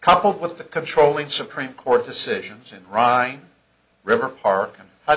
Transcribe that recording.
coupled with the controlling supreme court decisions in rhine river park and